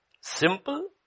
Simple